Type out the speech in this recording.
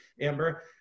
Amber